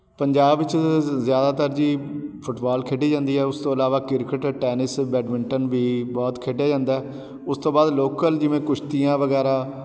ਪੰਜਾਬ 'ਚ ਜ਼ ਜ਼ਿਆਦਾਤਰ ਜੀ ਫੁਟਬਾਲ ਖੇਡੀ ਜਾਂਦੀ ਆ ਉਸ ਤੋਂ ਇਲਾਵਾ ਕ੍ਰਿਕਟ ਟੈਨਿਸ ਬੈਡਮਿੰਟਨ ਵੀ ਬਹੁਤ ਖੇਡਿਆ ਜਾਂਦਾ ਉਸ ਤੋਂ ਬਾਅਦ ਲੋਕਲ ਜਿਵੇਂ ਕੁਸ਼ਤੀਆਂ ਵਗੈਰਾ